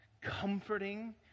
comforting